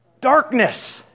darkness